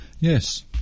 yes